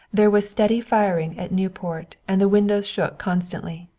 there was steady firing at nieuport and the windows shook constantly.